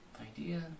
idea